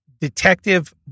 Detective